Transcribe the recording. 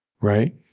Right